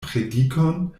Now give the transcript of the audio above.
predikon